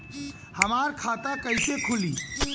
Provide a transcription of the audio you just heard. हमार खाता कईसे खुली?